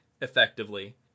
effectively